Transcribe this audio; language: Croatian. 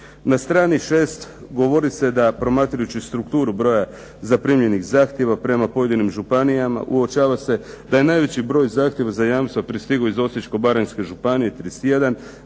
Na strani 6. govori se da promatrajući strukturu broja zaprimljenih zahtjeva prema pojedinim županijama uočava se da je najveći broj zahtjeva za jamstva pristigao iz Osječko-baranjske županije 31,